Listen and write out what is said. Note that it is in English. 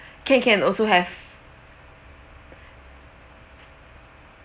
K can also have